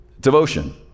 Devotion